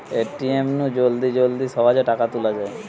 ATM নু জলদি জলদি সহজে টাকা তুলা যায়